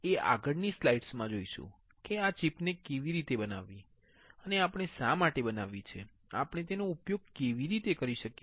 એ આગળની સ્લાઈડ્સમાં જોઈશું કે આ ચિપને કેવી રીતે બનાવવી અને આપણે શા માટે બનાવવી છે આપણે તેનો ઉપયોગ કેવી રીતે કરીએ છીએ